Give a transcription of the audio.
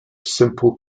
simple